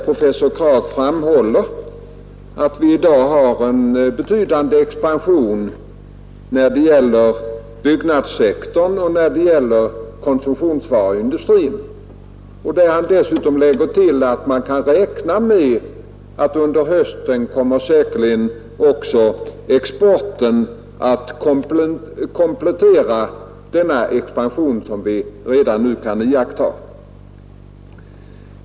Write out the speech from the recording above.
Professor Kragh framhåller att vi i dag har en betydande expansion inom byggnadssektorn och inom konsumtionsvaruindustrin. Han tillägger att man kan räkna med att under hösten säkerligen också exporten kommer att komplettera denna expansion som vi redan nu kan iaktta.